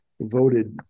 voted